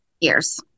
Years